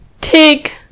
Take